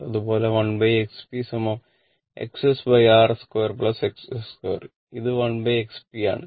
അതുപോലെ 1XpXsRs 2 Xs 2 ഇത് 1Xp ആണ്